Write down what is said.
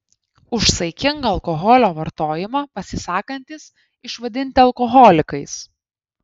už saikingą alkoholio vartojimą pasisakantys išvadinti alkoholikais